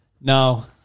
no